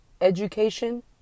education